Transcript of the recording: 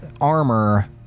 armor